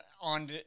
on